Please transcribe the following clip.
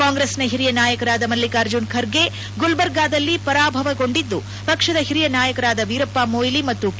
ಕಾಂಗ್ರೆಸ್ನ ಹಿರಿಯ ನಾಯಕರಾದ ಮಲ್ಲಿಕಾರ್ಜುನ ಖರ್ಗೆ ಗುಲ್ಬರ್ಗಾದಲ್ಲಿ ಪರಾಭವಗೊಂಡಿದ್ದು ಪಕ್ಷದ ಹಿರಿಯ ನಾಯಕರಾದ ವೀರಪ್ಪ ಮೊಯ್ಲಿ ಮತ್ತು ಕೆ